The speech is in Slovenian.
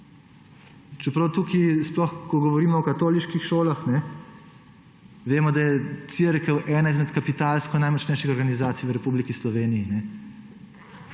Čeprav tukaj, sploh, ko govorimo o katoliških šolah, vemo, da je cerkev ena izmed kapitalsko najmočnejših organizacij v Republiki Sloveniji